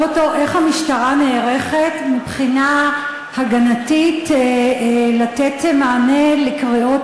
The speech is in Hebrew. אותו: איך המשטרה נערכת מבחינה הגנתית לתת מענה לקריאות